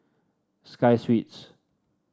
Sky Suites